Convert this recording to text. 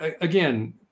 again